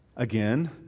Again